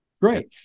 Great